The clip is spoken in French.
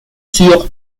sûre